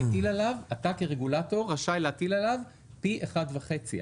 אתה כרגולטור רשאי להטיל עליו פי אחד וחצי.